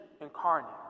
incarnate